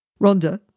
Rhonda